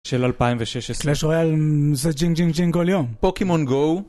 של 2016. לא שואל, עושה ג'ינג ג'ינג ג'ינג ג'ינג כל יום. פוקימון גואו?